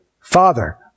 Father